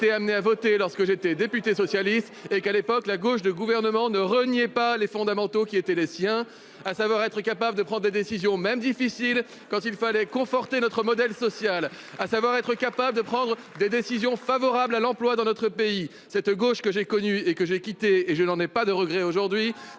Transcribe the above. amené à voter lorsque j'étais député socialiste. À l'époque, la gauche de gouvernement ne reniait pas les fondamentaux qui étaient les siens, à savoir être capable de prendre des décisions, même difficiles, quand il fallait conforter notre modèle social, et être capable de prendre des décisions favorables à l'emploi. Cette gauche que j'ai connue et que j'ai quittée- je dois vous dire que je n'en ai pas de regret aujourd'hui